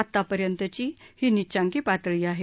आतापर्यंतची ही निचांकी पातळी आहे